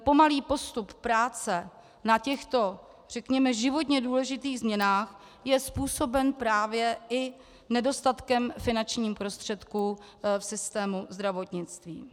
Pomalý postup práce na těchto řekněme životně důležitých změnách je způsoben právě i nedostatkem finančních prostředků v systému zdravotnictví.